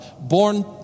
born